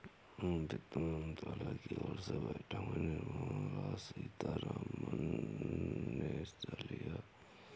वित्त मंत्रालय की ओर से बैठक में निर्मला सीतारमन ने हिस्सा लिया